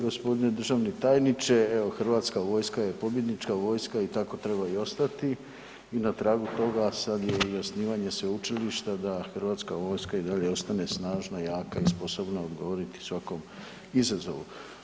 Gospodine državni tajniče, evo Hrvatska vojska je pobjednička vojska i tako treba i ostati i na tragu toga sada je i osnivanje Sveučilišta da Hrvatska vojska i dalje ostane snažna, jaka i sposobna odgovoriti svakom izazovu.